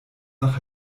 nach